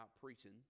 preaching